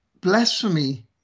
blasphemy